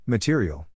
Material